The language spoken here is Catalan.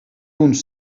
uns